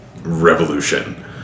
revolution